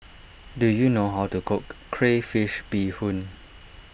do you know how to cook Crayfish BeeHoon